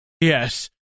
Yes